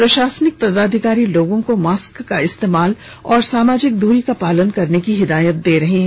प्रशासनिक पदाधिकारी लोगों को मास्क का इस्तेमाल और सामाजिक दूरी का पालन करने की हिदायत दे रहे हैं